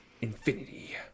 Infinity